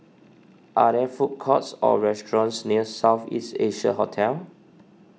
are there food courts or restaurants near South East Asia Hotel